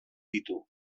ditu